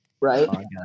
Right